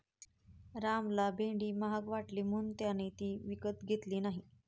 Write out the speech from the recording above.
रामला भेंडी महाग वाटली म्हणून त्याने ती विकत घेतली नाही